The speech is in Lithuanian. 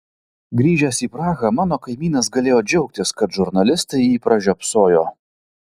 grįžęs į prahą mano kaimynas galėjo džiaugtis kad žurnalistai jį pražiopsojo